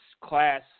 class